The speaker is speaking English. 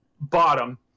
bottom